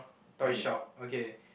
toy shop okay